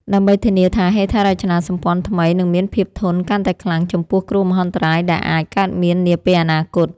ដើម្បីធានាថាហេដ្ឋារចនាសម្ព័ន្ធថ្មីនឹងមានភាពធន់កាន់តែខ្លាំងចំពោះគ្រោះមហន្តរាយដែលអាចកើតមាននាពេលអនាគត។